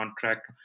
contract